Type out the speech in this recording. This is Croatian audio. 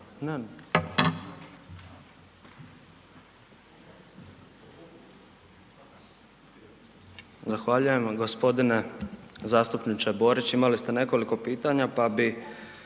Zahvaljujem vam g. zastupniče Borić, imali ste nekoliko pitanja, pa bi